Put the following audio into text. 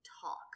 talk